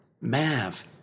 Mav